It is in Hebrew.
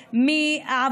להיות.